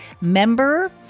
member